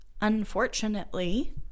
unfortunately